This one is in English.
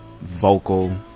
vocal